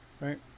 Right